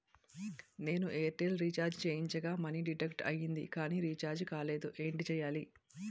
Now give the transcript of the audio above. నేను Airtel recharge చేయించగా money deduct అయ్యింది కానీ రీఛార్జ్ కాలేదు ఏంటి చేయాలి?